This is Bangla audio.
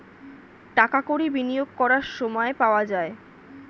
টাকা কড়ি বিনিয়োগ করার সময় পাওয়া যায়